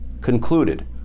concluded